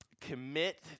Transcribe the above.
commit